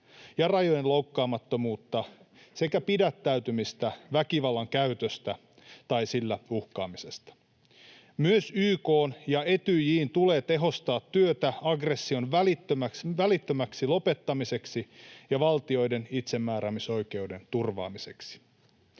ja rajojen loukkaamattomuutta sekä pidättäytymistä väkivallan käytöstä tai sillä uhkaamisesta. Myös YK:n ja Etyjin tulee tehostaa työtä aggression välittömäksi lopettamiseksi ja valtioiden itsemääräämisoikeuden turvaamiseksi.